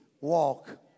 walk